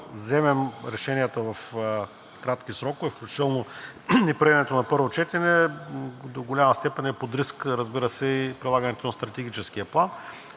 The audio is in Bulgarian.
вземем решенията в кратки срокове, включително неприемането на първо четене, до голяма степен е под риск, разбира се, и прилагането на Стратегическия план.